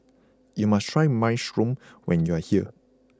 you must try Minestrone when you are here